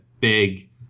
big